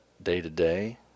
day-to-day